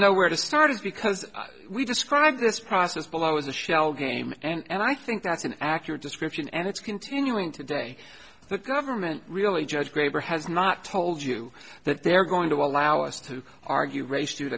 know where to start is because we describe this process below as a shell game and i think that's an accurate description and it's continuing today the government really judge graber has not told you that they're going to allow us to argue race